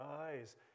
eyes